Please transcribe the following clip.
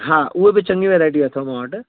हा उहे बि चङियूं वैराइटियूं अथव मां वटि